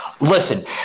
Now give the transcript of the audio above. listen